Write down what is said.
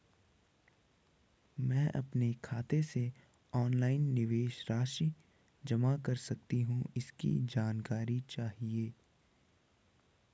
मैं अपने खाते से ऑनलाइन निवेश राशि जमा कर सकती हूँ इसकी जानकारी चाहिए?